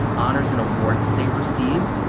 honors and awards that they've received,